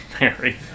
Mary